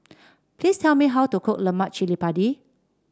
please tell me how to cook Lemak Cili Padi